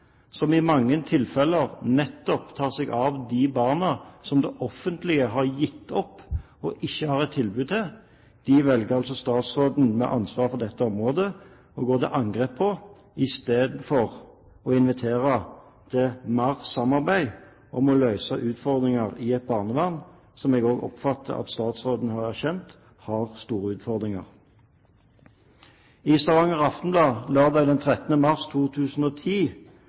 som i mange tilfeller nettopp tar seg av de barna som det offentlige har gitt opp og ikke har et tilbud til, velger altså statsråden med ansvar for dette området å gå til angrep på, i stedet for å invitere til mer samarbeid om å løse utfordringene i et barnevern som jeg også oppfatter at statsråden har erkjent har store utfordringer. I Stavanger Aftenblad lørdag den 13. mars 2010